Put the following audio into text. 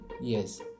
yes